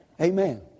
Amen